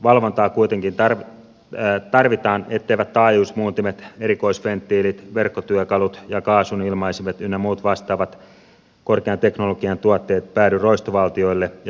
valvontaa kuitenkin tarvitaan etteivät taajuusmuuntimet erikoisventtiilit verkkotyökalut ja kaasunilmaisimet ynnä muut vastaavat korkean teknologian tuotteet päädy roistovaltioille ja terroristeille